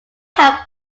help